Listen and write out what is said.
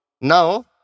now